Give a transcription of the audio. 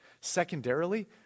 Secondarily